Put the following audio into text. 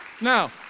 now